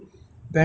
that's it